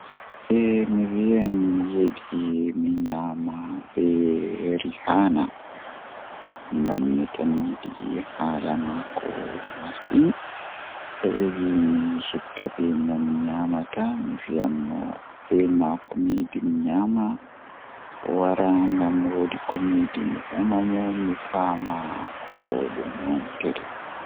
Eh mi viyan miyidi mi nyaama be rihanna, Ngam midon yidi haala maako hasin tobe vee mi supta mo mi nyamdata mi wiyan bee maako mi yidi mi nyama o wara ngam woodi ko miyidi mi ema mo mi faama ko dum wontiri.